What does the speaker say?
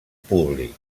públic